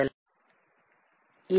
அது ஏன் அடியாபாடிக்